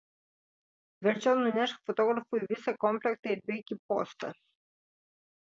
verčiau nunešk fotografui visą komplektą ir bėk į postą